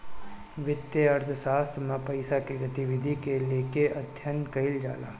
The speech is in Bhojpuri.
वित्तीय अर्थशास्त्र में पईसा के गतिविधि के लेके अध्ययन कईल जाला